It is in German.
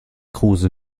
kruse